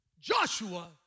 Joshua